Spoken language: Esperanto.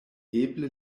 eble